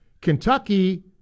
Kentucky